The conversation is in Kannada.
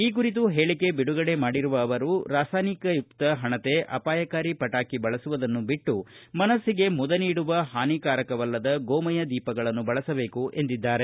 ಈ ಕುರಿತು ಹೇಳಿಕೆ ಬಿಡುಗಡೆ ಮಾಡಿರುವ ಅವರು ರಾಸಾಯನಿಕಯುಕ್ತ ಪಣತೆ ಅಪಾಯಕಾರಿ ಪಟಾಕಿಗಳನ್ನು ಬಳಸುವುದನ್ನು ಬಿಟ್ಟು ಮನಸಿಗೆ ಮುದ ನೀಡುವ ಹಾನಿಕಾರಕವಲ್ಲದ ಗೋಮಯ ದೀಪಗಳನ್ನು ಬಳಸಬೇಕು ಎಂದಿದ್ದಾರೆ